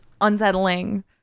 unsettling